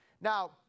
Now